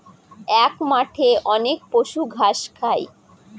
এক মাঠে অনেক পশু ঘাস খায়